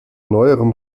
neuerem